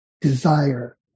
desire